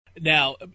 Now